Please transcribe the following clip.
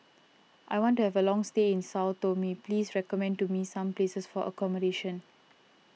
I want to have a long stay in Sao Tome please recommend to me some places for accommodation